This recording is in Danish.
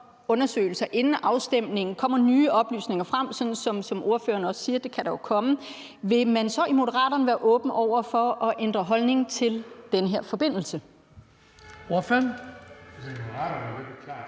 undersøgelser inden afstemningen kommer nye oplysninger frem – sådan som ordføreren også siger at der kan komme – vil man så i Moderaterne være åbne over for at ændre holdning til den her forbindelse?